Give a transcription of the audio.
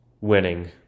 winning